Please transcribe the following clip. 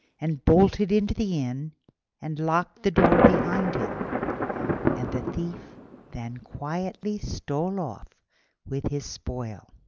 and bolted into the inn and locked the door behind him and the thief then quietly stole off with his spoil.